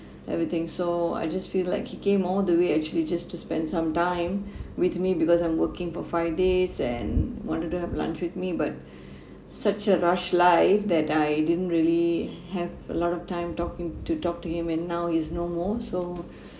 everything so I just feel like he came all the way actually just to spend some time with me because I'm working for five days and wanted to have lunch with me but such a rush life that I didn't really have a lot of time talking to talk to him and now he's no more so